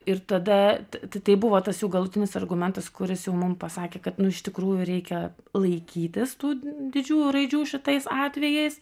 ir tada tai tai buvo tas jau galutinis argumentas kuris jau mum pasakė kad iš tikrųjų reikia laikytis tų didžiųjų raidžių šitais atvejais